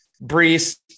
Brees